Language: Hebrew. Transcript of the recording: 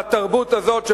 לתרבות הזאת,